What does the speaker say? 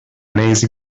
lazy